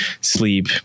sleep